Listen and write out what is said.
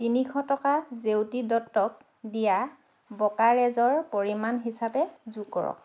তিনিশ টকা জেউতি দত্তক দিয়া ব্ৰ'কাৰেজৰ পৰিমাণ হিচাপে যোগ কৰক